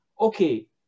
okay